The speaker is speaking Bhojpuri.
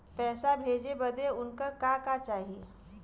पैसा भेजे बदे उनकर का का चाही?